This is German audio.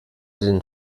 den